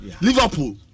Liverpool